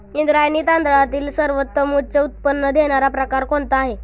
इंद्रायणी तांदळातील सर्वोत्तम उच्च उत्पन्न देणारा प्रकार कोणता आहे?